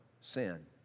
sin